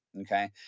okay